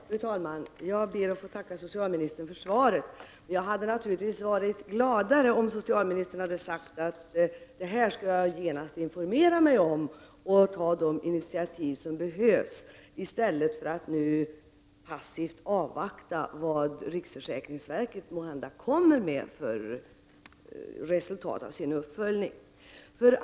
Fru talman! Jag ber att få tacka socialministern för svaret. Jag hade naturligtvis blivit gladare om socialministern hade sagt att hon genast skall informera sig om detta och ta de initiativ som behövs, i stället för att nu passivt avvakta vad riksförsäkringsverket måhända kommer med för resultat av sin uppföljning.